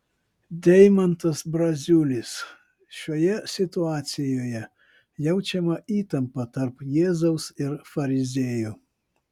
deimantas braziulis šioje situacijoje jaučiama įtampa tarp jėzaus ir fariziejų